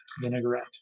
vinaigrette